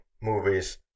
movies